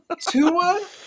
Tua